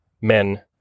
men